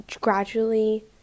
gradually